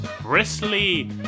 bristly